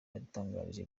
yadutangarije